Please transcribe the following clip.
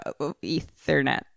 ethernet